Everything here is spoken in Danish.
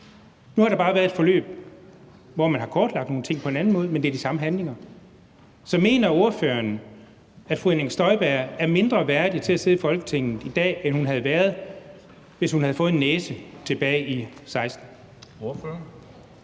nu har der bare været et forløb, hvor man har kortlagt nogle ting på en anden måde. Men det er de samme handlinger. Så mener ordføreren, at fru Inger Støjberg er mindre værdig til at sidde i Folketinget i dag, end hun havde været, hvis hun havde fået en næse tilbage i 2016?